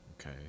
Okay